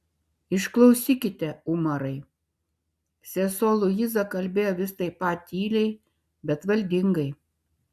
išklausykite umarai sesuo luiza kalbėjo vis taip pat tyliai bet valdingai